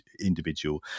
individual